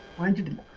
hundred and